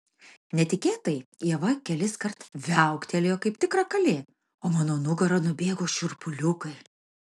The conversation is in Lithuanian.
netikėtai ieva keliskart viauktelėjo kaip tikra kalė o mano nugara nubėgo šiurpuliukai